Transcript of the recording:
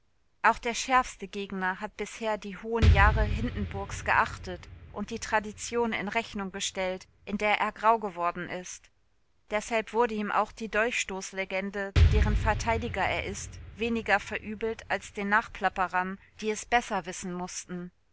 auch der schärfste gegner hat bisher die hohen jahre hindenburgs geachtet und die tradition in rechnung gestellt in der er grau geworden ist deshalb wurde ihm auch die dolchstoßlegende deren verteidiger er ist weniger verübelt als den nachplapperern die es besser wissen mußten